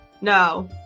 no